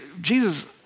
Jesus